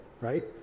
right